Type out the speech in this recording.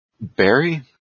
Barry